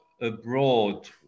abroad